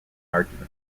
argument